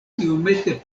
iomete